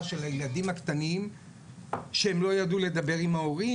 של הילדים הקטנים שהם לא ידעו לדבר עם ההורים,